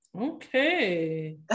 Okay